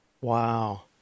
Wow